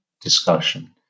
discussion